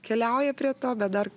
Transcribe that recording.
keliauja prie to bet dar